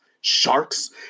sharks